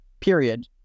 period